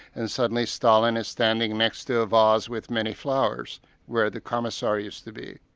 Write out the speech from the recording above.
and suddenly stalin is standing next to a vase with many flowers where the commissar used to be.